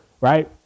right